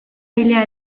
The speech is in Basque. ilea